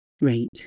rate